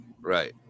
right